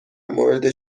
مورد